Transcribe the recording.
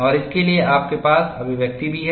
और इसके लिए आपके पास अभिव्यक्ति भी हैं